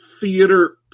theater